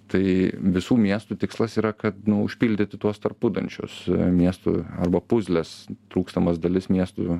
tai visų miestų tikslas yra kad nu užpildyti tuos tarpudančius miestų arba puzlės trūkstamas dalis miestų